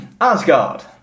Asgard